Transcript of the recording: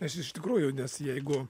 aš iš tikrųjų nes jeigu